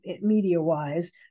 media-wise